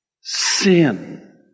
Sin